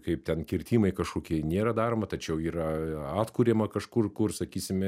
kaip ten kirtimai kažkokie nėra daroma tačiau yra atkuriama kažkur kur sakysime